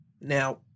Now